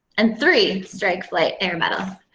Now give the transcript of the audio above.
and three strike flight air medals.